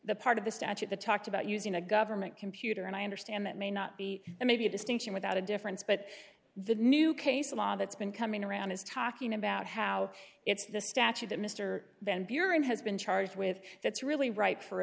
the part of the statute the talked about using a government computer and i understand that may not be it may be a distinction without a difference but the new case law that's been coming around is talking about how it's the statute that mr van buren has been charged with that's really ripe for